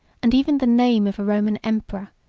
and even the name of a roman emperor,